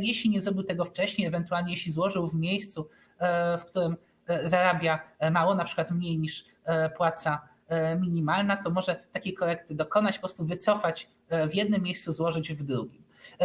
jeśli nie zrobił tego wcześniej, ewentualnie jeśli złożył w miejscu, w którym zarabia mało, np. mniej niż płaca minimalna, to może dokonać takiej korekty, może po prostu wycofać ten PIT w jednym miejscu i złożyć w drugim.